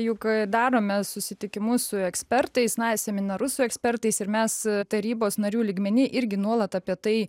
juk darome susitikimus su ekspertais na seminarus su ekspertais ir mes tarybos narių lygmeny irgi nuolat apie tai